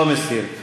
לא מסיר.